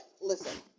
Listen